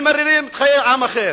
ממררים חיי עם אחר,